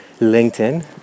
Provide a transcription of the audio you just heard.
LinkedIn